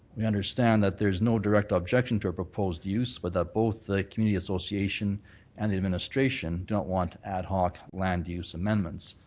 we understand that there's no direct objection to a proposed use, but that both the community association and the administration don't want ad hoc land use amendments.